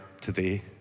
today